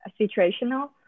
situational